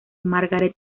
margaret